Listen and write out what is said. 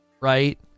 Right